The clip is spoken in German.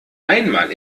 einmal